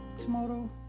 tomorrow